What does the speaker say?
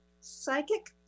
psychic